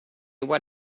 what